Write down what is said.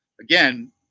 again